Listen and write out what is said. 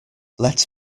let